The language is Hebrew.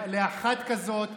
לאחת כזאת,